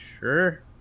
Sure